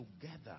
together